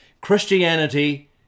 Christianity